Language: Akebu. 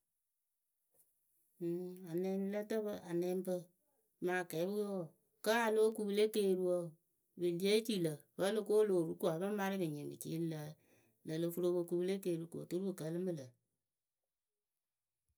Ǝŋ anɛŋlǝ tǝpǝ anɛŋpǝ mɨ akɛɛpǝ we wǝǝ ka lóo kuŋ pɨ le keeriwǝǝ pɨ lée ci lǝ̈ vǝ́ o lo ko o loh ru ko ǝ pɨŋ marɨ pɨ nyɩŋ pɨ ci ŋ lǝ lǝ o lo furu opo ko pɨle keeri ko oturu pɨ kǝlɨ mɨ lǝ.